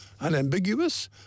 unambiguous